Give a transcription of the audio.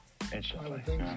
Instantly